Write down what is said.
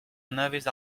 anavez